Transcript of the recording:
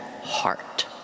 heart